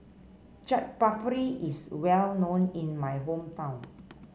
Chaat Papri is well known in my hometown